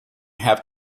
have